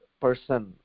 person